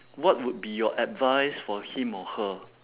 what would be your advice for him or her